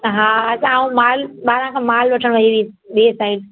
हा असां मालु ॿाहिरां खां मालु वठणु वई हुई ॿिए साइड